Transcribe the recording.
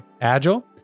Agile